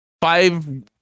five